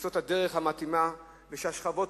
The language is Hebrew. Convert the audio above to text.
למצוא את הדרך המתאימה ולדאוג שהשכבות